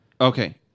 Okay